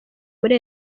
muri